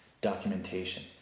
Documentation